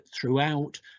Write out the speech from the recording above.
throughout